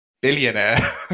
Billionaire